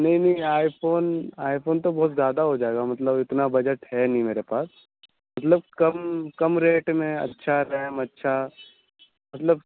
نہیں نہیں iPhone iPhone تو بہت زیادہ ہو جائے گا مطلب اتنا بجٹ ہے نہیں میرے پاس مطلب کم کم ریٹ میں اچھا ریم اچھا مطلب